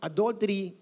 Adultery